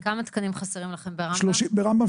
כמה תקנים חסרים לכם ברמב"ם?